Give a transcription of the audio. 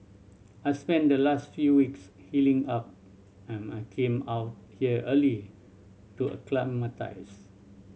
I spent the last few weeks healing up and I came out here early to acclimatise